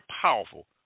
powerful